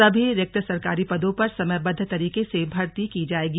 सभी रिक्त सरकारी पदों पर समयबद्द तरीके से भर्ती की जाएगी